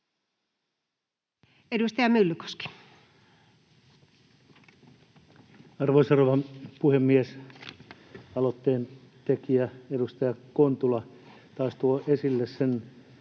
Edustaja Myllykoski. Arvoisa rouva puhemies! Aloitteen tekijä, edustaja Kontula taas tuo esille sen